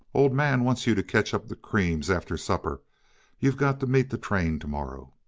old man wants you to catch up the creams, after supper you've got to meet the train to-morrow.